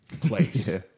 place